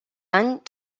any